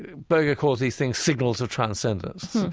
berger calls these things signals of transcendence,